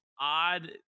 odd